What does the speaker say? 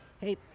hey